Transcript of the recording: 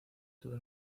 todo